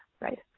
Right